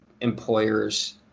employers